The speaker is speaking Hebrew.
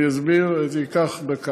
אני אסביר, זה ייקח דקה.